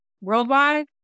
worldwide